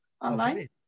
online